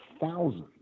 thousands